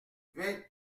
vingt